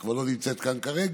שכבר לא נמצאת כאן כרגע,